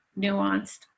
nuanced